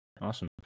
Awesome